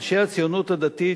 אנשי הציונות הדתית,